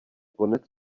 konec